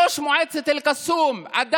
ראש מועצת אל-קסום, אדם,